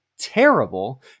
Terrible